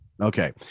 Okay